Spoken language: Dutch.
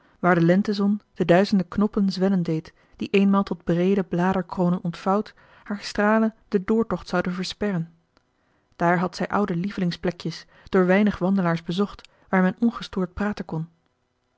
waar de lentezon de duizenden knoppen zwellen deed die eenmaal tot breede bladerkronen ontvouwd haar stralen den doortocht zouden versperren daar had zij oude lievelingsplekjes door weinig wandelaars bezocht waar men ongestoord praten kon